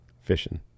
fishing